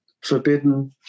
forbidden